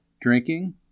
drinking